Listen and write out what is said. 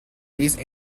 these